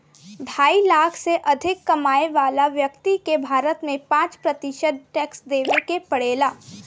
ढाई लाख से अधिक कमाए वाला व्यक्ति के भारत में पाँच प्रतिशत टैक्स देवे के पड़ेला